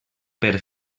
per